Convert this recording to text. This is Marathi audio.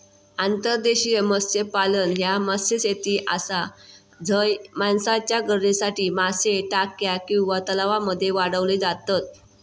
अंतर्देशीय मत्स्यपालन ह्या मत्स्यशेती आसा झय माणसाच्या गरजेसाठी मासे टाक्या किंवा तलावांमध्ये वाढवले जातत